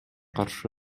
каршы